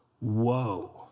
whoa